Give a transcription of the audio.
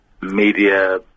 media